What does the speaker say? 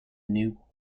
new